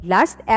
Last